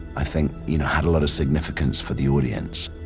i think you know had a lot of significance for the audience